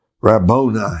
Rabboni